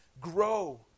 Grow